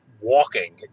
walking